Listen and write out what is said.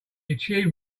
achieved